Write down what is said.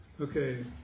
Okay